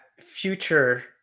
future